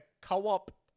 co-op